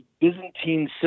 byzantine